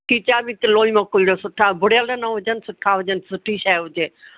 खीचा बि किलो ई मोकिलिजो सुठा भुरियल न हुजनि सुठा हुजनि सुठी शइ हुजे